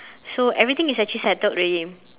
so everything is actually settled already